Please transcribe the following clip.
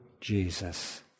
Jesus